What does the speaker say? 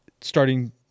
starting